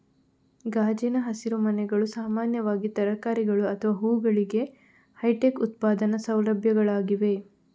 ಗಾಜಿನ ಹಸಿರುಮನೆಗಳು ಸಾಮಾನ್ಯವಾಗಿ ತರಕಾರಿಗಳು ಅಥವಾ ಹೂವುಗಳಿಗೆ ಹೈಟೆಕ್ ಉತ್ಪಾದನಾ ಸೌಲಭ್ಯಗಳಾಗಿವೆ